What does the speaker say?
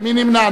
מי נמנע?